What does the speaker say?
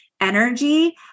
energy